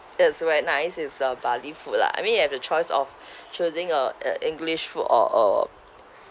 it's very nice it's uh bali food lah I mean you have the choice of choosing uh uh english food or um